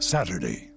Saturday